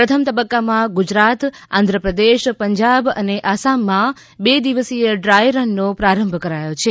પ્રથમ તબ્બકામાં ગુજરાત આંધ્રપ્રદેશ પંજાબ અને આસામમાં બે દિવસીય ડ્રાય રનનો પ્રારંભ કરાયો છે